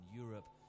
Europe